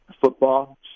football